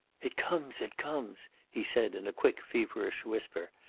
it comes! it comes! he said in a quick, feverish whisper.